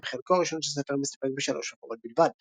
אך בחלקו הראשון של הספר מסתפק בשלוש הופעות בלבד.